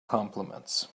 compliments